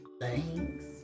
Thanks